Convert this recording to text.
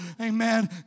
amen